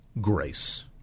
grace